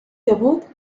debut